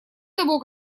того